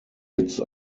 jetzt